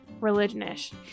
Religionish